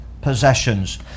possessions